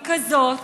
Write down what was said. היא כזאת,